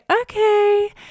okay